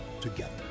Together